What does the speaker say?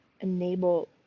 enable